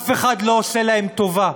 אף אחד לא עושה להם טובה.